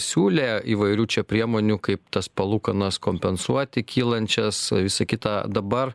siūlė įvairių čia priemonių kaip tas palūkanas kompensuoti kylančias visa kita dabar